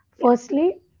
firstly